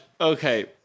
Okay